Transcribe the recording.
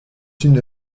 une